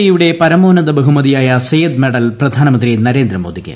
ഇയുടെ പരമോന്നത ബഹുമതിയായ സെയദ് മെഡൽ പ്രധാനമന്ത്രി നരേന്ദ്രമോദിക്ക്